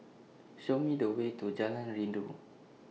Show Me The Way to Jalan Rindu